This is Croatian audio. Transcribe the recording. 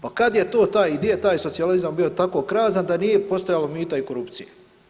Pa kada je to taj i gdje je taj socijalizam bio tako krasan da nije postojalo mita i korupcije?